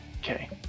Okay